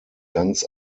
ganz